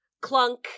clunk